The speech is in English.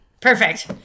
Perfect